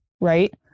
right